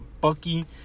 Bucky